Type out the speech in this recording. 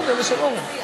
בסדר, של אורן.